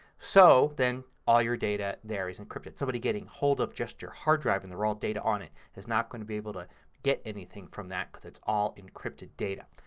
so then all your data there is encrypted. somebody getting hold of just your hard drive and the raw data on it is not going to be able to get anything from that because it's all encrypted data.